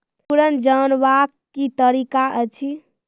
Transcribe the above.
विवरण जानवाक की तरीका अछि?